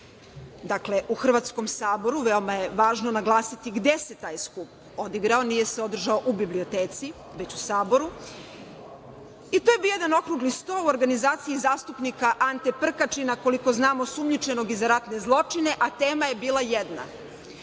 dakle, u Hrvatskom saboru, veoma je važno naglasiti gde se taj skup odigrao, nije se održao u biblioteci, već u saboru i to je bio jedan okrugli sto u organizaciji zastupnika Ante Prkačina, koliko znamo, osumnjičenog i za ratne zločine, a tema je bila jedna